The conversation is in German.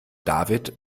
david